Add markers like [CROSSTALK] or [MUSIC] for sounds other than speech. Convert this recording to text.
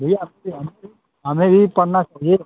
भैया आपके [UNINTELLIGIBLE] हमें भी पड़ना चाहिए